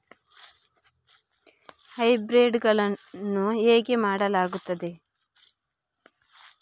Hybrid ಗಳನ್ನು ಹೇಗೆ ಮಾಡಲಾಗುತ್ತದೆ?